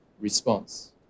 response